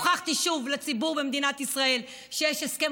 הוכחתי שוב לציבור במדינת ישראל שיש הסכם